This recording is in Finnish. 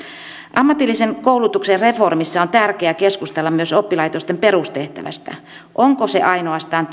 ammatillisen koulutuksen reformissa on tärkeää keskustella myös oppilaitosten perustehtävästä onko se ainoastaan